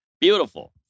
Beautiful